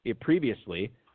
previously